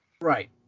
Right